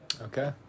okay